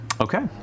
Okay